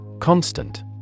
Constant